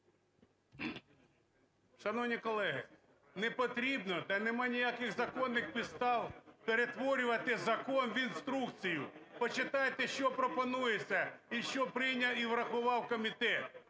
Шановні колеги, не потрібно та немає ніяких законних підстав перетворювати закон в інструкцію. Почитайте, що пропонується і що прийняв і врахував комітет.